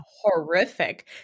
horrific